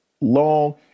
long